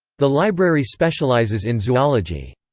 the library specializes in zoology.